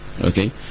okay